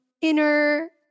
inner